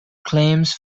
claims